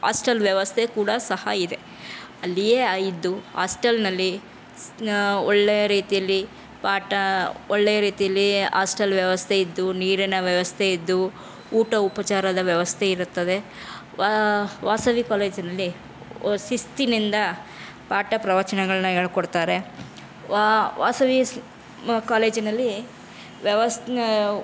hostel ವ್ಯವಸ್ಥೆ ಕೂಡ ಸಹ ಇದೆ ಅಲ್ಲಿಯೇ ಇದ್ದು ಹಾಸ್ಟಲ್ಲಿನಲ್ಲಿ ಒಳ್ಳೆಯ ರೀತಿಯಲ್ಲಿ ಪಾಠ ಒಳ್ಳೆಯ ರೀತಿಯಲ್ಲಿಯೇ ಆಸ್ಟಲ್ ವ್ಯವಸ್ಥೆ ಇದ್ದು ನೀರಿನ ವ್ಯವಸ್ಥೆ ಇದ್ದು ಊಟ ಉಪಚಾರದ ವ್ಯವಸ್ಥೆ ಇರುತ್ತದೆ ವಾಸವಿ ಕಾಲೇಜಿನಲ್ಲಿ ಶಿಸ್ತಿನಿಂದ ಪಾಠ ಪ್ರವಚನಗಳನ್ನು ಹೇಳ್ಕೊಡ್ತಾರೆ ವಾಸವಿ ಕಾಲೇಜಿನಲ್ಲಿ ವ್ಯವಸ್ಥೆ